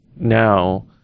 now